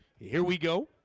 here we go.